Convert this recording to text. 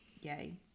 yay